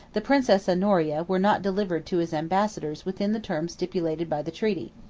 the princess honoria, were not delivered to his ambassadors within the term stipulated by the treaty.